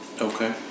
Okay